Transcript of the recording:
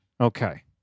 Okay